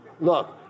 Look